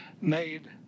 made